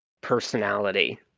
personality